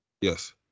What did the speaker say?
Yes